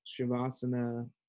shavasana